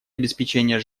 обеспечения